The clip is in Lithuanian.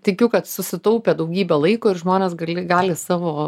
tikiu kad susitaupė daugybė laiko ir žmonės gali gali savo